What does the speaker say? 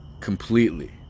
completely